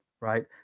Right